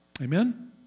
Amen